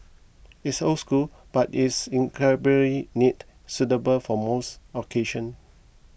it's old school but it's incredibly neat suitable for most occasion